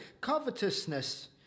covetousness